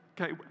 Okay